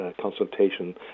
consultation